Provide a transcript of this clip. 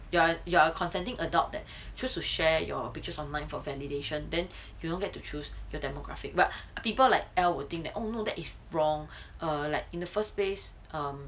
you're you're a consenting adult that choose to share your pictures online for validation then you don't get to choose your demographic but people like el would think that oh no that is wrong err like in the first place um